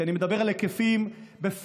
כי אני מדבר על היקפים בפקטור,